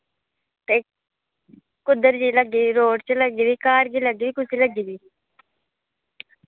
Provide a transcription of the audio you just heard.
ते कुद्धर जेही लग्गी दी रोड़ च लग्गी दी घर च लग्गी दी कुत्थै लग्गी दी